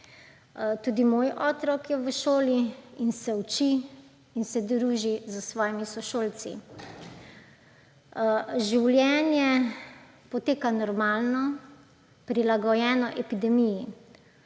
Tudi moj otrok je v šoli in se uči in se druži s svojimi sošolci. Življenje poteka normalno, prilagojeno epidemiji.